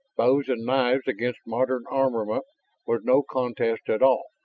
bows and knives against modern armament was no contest at all.